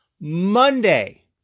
Monday